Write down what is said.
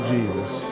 Jesus